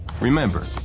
Remember